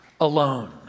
alone